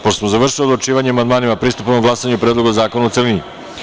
Pošto smo završili odlučivanje o amandmanima, pristupamo glasanju o Predlogu zakona u celini.